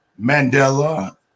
Mandela